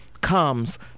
comes